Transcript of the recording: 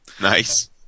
Nice